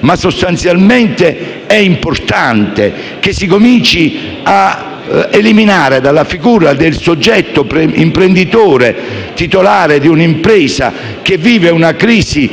ma sostanzialmente è importante che si cominci ad allontanare dalla figura del soggetto imprenditore, titolare di un'impresa che vive una crisi